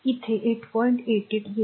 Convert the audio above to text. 88 येईल